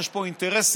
יש פה אינטרסים